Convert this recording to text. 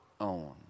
own